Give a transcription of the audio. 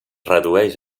redueix